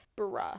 bruh